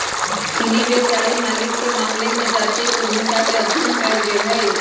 चीनी व्यापारी मालिके मामले में जातीय उद्यमिता के अध्ययन कएल गेल हइ